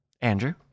Andrew